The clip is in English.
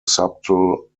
subtle